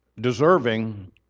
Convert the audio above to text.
deserving